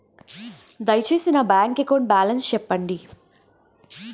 దయచేసి నా bank account balance చెప్పండి